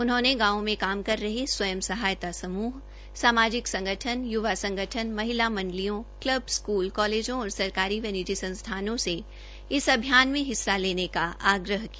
उन्होंने गांवों में काम कर रहे स्वय सहायता समूह सामाजिक संगठन यूवा संगठन महिला मंडलियों कल्ब स्कूलों कालेजों और सरकारी व निजी संस्थानों से इस अभियान मे हिस्सा लेने का आग्रह किया